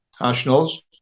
nationals